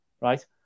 right